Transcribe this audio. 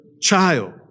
child